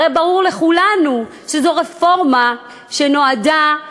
הרי ברור לכולנו שזאת רפורמה שנועדה להיקבר.